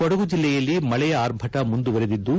ಕೊಡಗು ಜಿಲ್ಲೆಯಲ್ಲಿ ಮಳೆಯ ಆರ್ಭಟ ಮುಂದುವರಿದಿದ್ದು